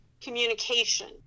communication